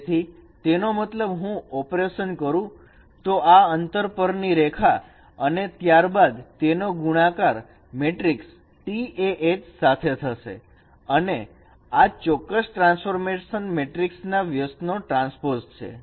જેથી તેનો મતલબ હું ઓપરેશન કરું તો આ અંતર પરની રેખા અને ત્યારબાદ તેનો ગુણાકાર મેટ્રિકસ TA H સાથે થશે જે આ ચોક્કસ ટ્રાન્સફોર્મેશન મેટ્રિક્સ ના વ્યસ્ત નો ટ્રાન્સપોઝ છે